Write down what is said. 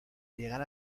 llegar